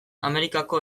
amerikako